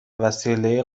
وسیله